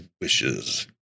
wishes